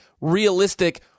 realistic